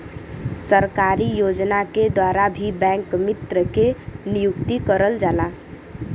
सरकारी योजना के द्वारा भी बैंक मित्र के नियुक्ति करल जाला